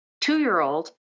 two-year-old